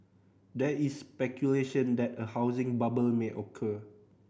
there is speculation that a housing bubble may occur